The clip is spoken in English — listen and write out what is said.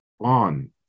on